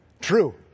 True